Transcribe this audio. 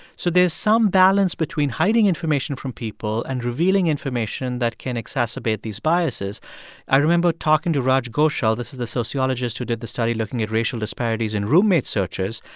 so there's some balance between hiding information from people and revealing information that can exacerbate these biases i remember talking to raj ghoshal. this is the sociologist who did the study looking at racial disparities in roommates searches.